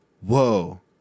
whoa